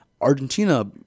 Argentina